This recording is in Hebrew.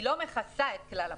היא לא מכסה את כלל הפריסה.